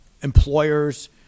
employers